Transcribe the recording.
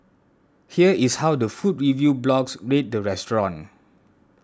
here is how the food review blogs rate the restaurant